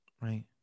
Right